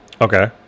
Okay